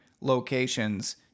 locations